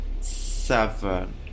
seven